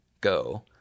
go